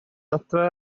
adre